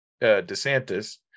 DeSantis